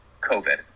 COVID